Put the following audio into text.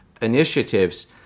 initiatives